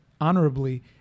honorably